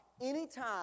Anytime